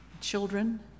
children